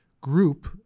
group